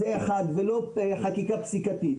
ולא חקיקה פסיקתית.